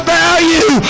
value